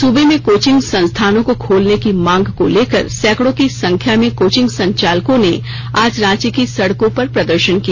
सूबे में कोचिंग संस्थानों को खोलने की मांग को लेकर सैकड़ों की संख्या में कोचिंग संचालकों ने आज रोंची की सड़कों पर प्रदर्शन किया